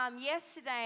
Yesterday